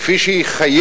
כפי שהיא חייבת.